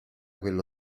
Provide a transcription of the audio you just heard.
quello